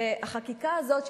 והחקיקה הזאת,